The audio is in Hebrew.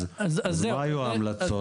אז מה היו ההמלצות?